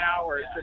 hours